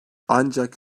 ancak